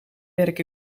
werk